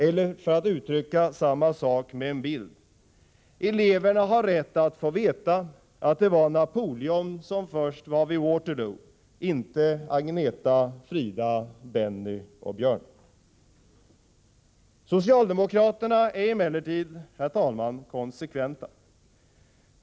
Eller för att uttrycka samma sak med en bild: Eleverna har rätt att få veta att det var Napoleon som var först vid Waterloo — inte Agnetha, Frida, Benny och Björn. Socialdemokraterna är emellertid konsekventa.